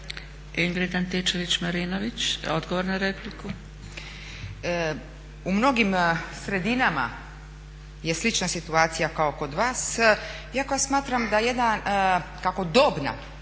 **Antičević Marinović, Ingrid (SDP)** U mnogim sredinama je slična situacija kao kod vas. Ja koja smatram kako dobna